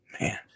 Man